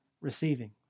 receiving